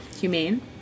Humane